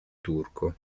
turco